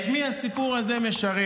את מי הסיפור הזה משרת?